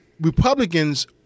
Republicans